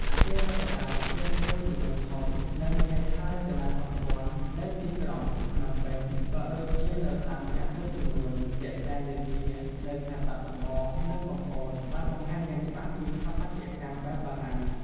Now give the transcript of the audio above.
អគាររដ្ឋបាល ផ្ទះមួយចំនួនធំ និងហេដ្ឋារចនាសម្ព័ន្ធនៅទីក្រុងភ្នំពេញ ក៏ដូចជានៅតាមខេត្តមួយចំនួន ជាក់ស្ដែងដូចជានៅខេត្តបាត់ដំបង និងកំពត បានបង្ហាញយ៉ាងច្បាស់ពីស្ថាបត្យកម្មបែបបារាំង។